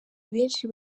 benshi